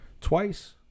twice